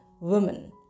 women